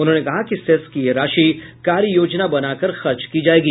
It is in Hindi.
उन्होंने कहा कि सेस की यह राशि कार्ययोजना बनाकर खर्च की जायेगी